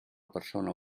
persona